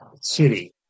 City